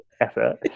effort